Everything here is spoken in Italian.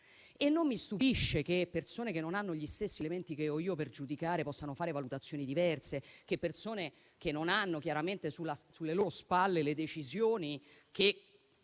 E non mi stupisce che persone che non hanno gli stessi elementi che ho io per giudicare possano fare valutazioni diverse, che persone che non hanno chiaramente sulla loro spalle le decisioni che